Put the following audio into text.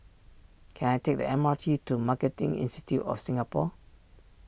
can I take the M R T to Marketing Institute of Singapore